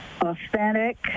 authentic